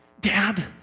Dad